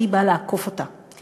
והיא באה לעקוף אותה.